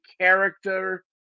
character